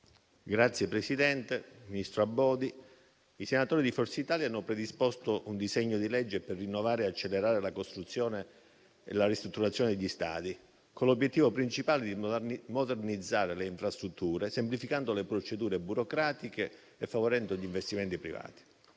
Signor Presidente, ministro Abodi, i senatori di Forza Italia hanno predisposto un disegno di legge per rinnovare e accelerare la costruzione e la ristrutturazione degli stadi con l'obiettivo principale di modernizzare le infrastrutture, semplificando le procedure burocratiche e favorendo gli investimenti privati.